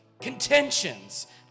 contentions